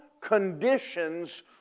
conditions